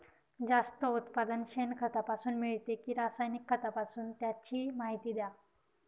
जास्त उत्पादन शेणखतापासून मिळते कि रासायनिक खतापासून? त्याची माहिती द्या